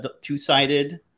two-sided